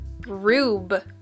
Rube